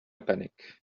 panic